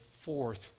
fourth